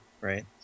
right